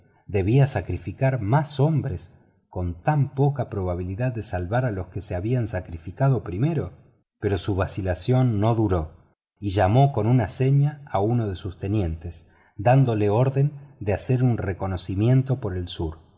debía sacrificar más hombres con tan poca probabilidad de salvar a los que se habían sacrificado primero pero su vacilación no duró y llamó con una señal a uno de sus tenientes dándole orden de hacer un reconocimiento por el sur